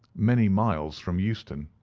many miles from euston.